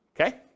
okay